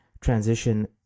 transition